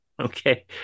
okay